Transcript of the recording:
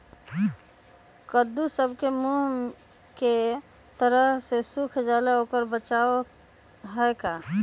कददु सब के मुँह के तरह से सुख जाले कोई बचाव है का?